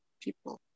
people